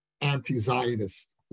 anti-Zionist